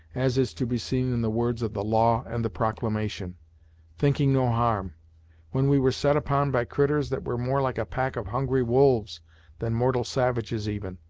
as is to be seen in the words of the law and the proclamation thinking no harm when we were set upon by critturs that were more like a pack of hungry wolves than mortal savages even,